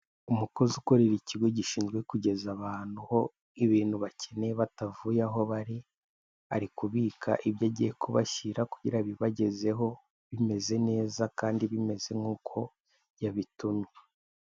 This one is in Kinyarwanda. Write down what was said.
Umukozi ukorera ikigo gishinzwe kugeza abantu ho ibintu bakeneye batavuye aho bari, ari kubika ibyo agiye kubashyira kugira abibagezeho bimeze neza kandi bimeze nk'uko yabitumye.